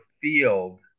field